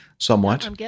somewhat